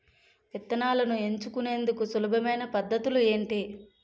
విత్తనాలను ఎంచుకునేందుకు సులభమైన పద్ధతులు ఏంటి?